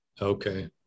Okay